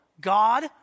God